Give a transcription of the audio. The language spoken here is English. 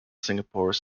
singapore